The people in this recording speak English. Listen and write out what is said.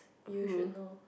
who